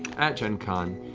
at gencon,